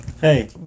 Hey